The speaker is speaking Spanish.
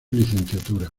licenciatura